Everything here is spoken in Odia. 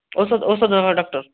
ଔଷଧ ଔଷଧର ଡକ୍ଟର୍